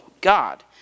God